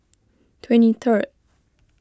twenty third